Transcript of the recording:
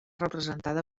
representada